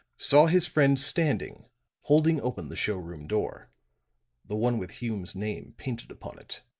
saw his friend standing holding open the showroom door the one with hume's name painted upon it.